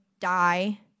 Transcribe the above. die